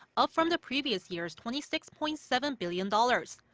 up from the previous year's twenty six point seven billion dollars.